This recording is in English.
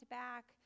back